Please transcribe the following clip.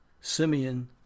Simeon